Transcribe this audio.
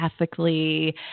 ethically